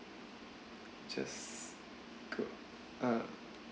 just uh